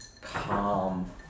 calm